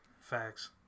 Facts